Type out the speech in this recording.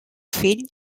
fill